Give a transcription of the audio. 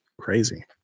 Crazy